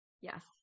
Yes